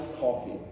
coffee